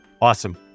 Awesome